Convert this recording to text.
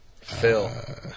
Phil